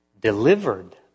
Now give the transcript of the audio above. delivered